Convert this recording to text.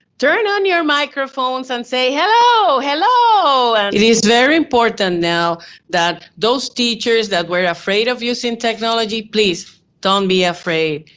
turn on your microphones and say hello, hello. it is very important now that those teachers that were afraid of using technology, please don't be afraid,